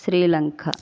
Sri Lanka